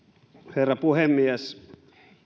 herra puhemies